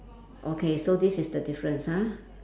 okay so this is the difference ah